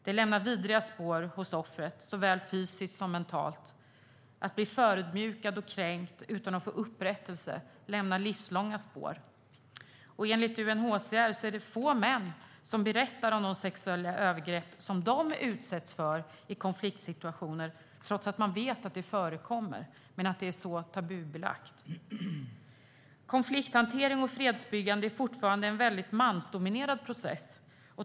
Det lämnar vidriga spår hos offret, såväl fysiskt som mentalt. Att bli förödmjukad och kränkt utan att få upprättelse lämnar livslånga spår. Enligt UNHCR är det få män som berättar om de sexuella övergrepp som de utsätts för i konfliktsituationer, trots att man vet att det förekommer. Men det är så tabubelagt. Konflikthantering och fredsbyggande är fortfarande en mansdominerad process.